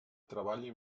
treballe